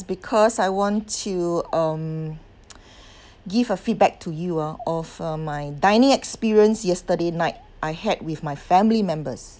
because I want to um give a feedback to you ah of uh my dining experience yesterday night I had with my family members